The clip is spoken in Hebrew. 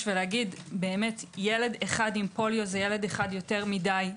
ולומר - ילד אחד עם פוליו זה ילד אחד יותר מדי.